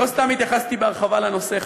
לא סתם התייחסתי בהרחבה לנושא.